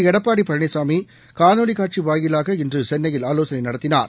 எடப்பாடி பழனிசாமி காணொலி காட்சி வாயிலாக இன்று சென்னையில் ஆலோசனை நடத்தினார்